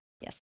Yes